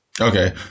Okay